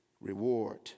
reward